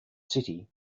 city